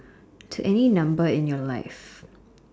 any number in your life